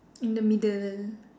in the middle the